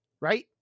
right